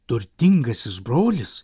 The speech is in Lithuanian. turtingasis brolis